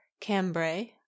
cambrai